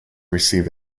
receive